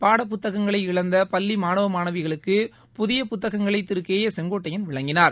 பாடப்புத்தகங்களை இழந்த பள்ளி மாணவ மாணவிகளுக்கு புதிய புத்தகங்களை திரு கே ஏ செங்கோட்டையன் வழங்கினார்